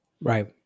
Right